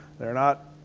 they're not.